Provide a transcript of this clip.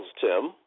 Tim